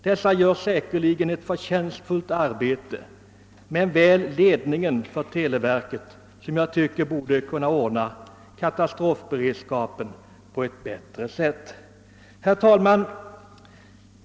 De utför säkerligen ett förtjänstfullt arbete. Men ledningen för televerket tycker jag borde ha kunnat ordna katastrofberedskapen på ett bättre sätt. Herr talman!